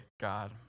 God